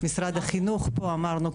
משרד החינוך פה, אמרנו.